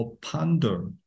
ponder